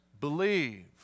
believe